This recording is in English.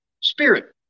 Spirit